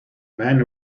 man